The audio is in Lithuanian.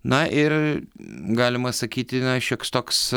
na ir galima sakyti šioks toks